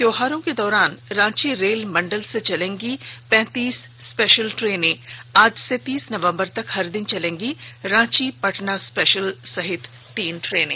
त्योहारों के दौरान रांची रेल मंडल से चलेंगी पैंतीस स्पेशल ट्रेनें आज से तीस नवंबर तक हर दिन चलेंगी रांची पटना स्पेशल सहित तीन ट्रेनें